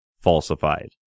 falsified